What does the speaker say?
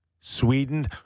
Sweden